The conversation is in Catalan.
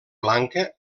blanca